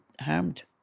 harmed